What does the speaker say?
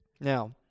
Now